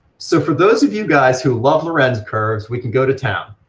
so for those of you guys who love lorenz curves, we can go to town.